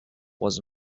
was